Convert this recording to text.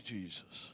Jesus